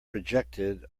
projected